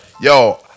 Yo